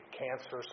cancer